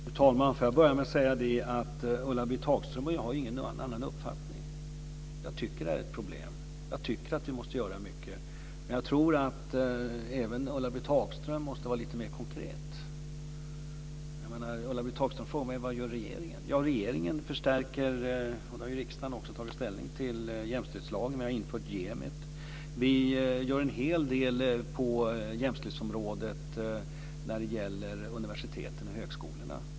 Fru talman! Får jag börja med att säga till Ulla Britt Hagström: Jag har ingen annan uppfattning. Jag tycker att det här är ett problem. Jag tycker att vi måste göra mycket. Men jag tror att även Ulla-Britt Hagström måste vara lite mer konkret. Ulla-Britt Hagström frågar mig vad regeringen gör. Ja, regeringen förstärker, och det har riksdagen också tagit ställning till det, jämställdhetslagen. Vi har infört Jämit. Vi gör en hel del på jämställdhetsområdet när det gäller universiteten och högskolorna.